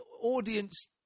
audience